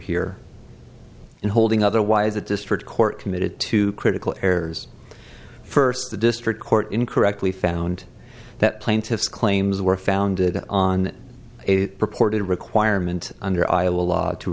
here in holding otherwise the district court committed to critical errors first the district court incorrectly found that plaintiff's claims were founded on a purported requirement under iowa law to